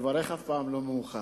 לברך אף פעם לא מאוחר.